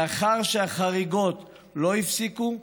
לאחר שהחריגות לא נפסקו,